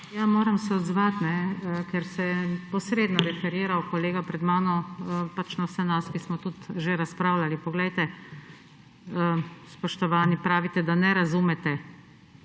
Ja, moram se odzvati, kajne, ker se je posredno referiral kolega pred mano pač na vse nas, ki smo tudi že razpravljali. Poglejte, spoštovani, pravite, da ne razumete,